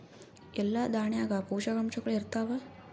ಎಲ್ಲಾ ದಾಣ್ಯಾಗ ಪೋಷಕಾಂಶಗಳು ಇರತ್ತಾವ?